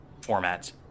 formats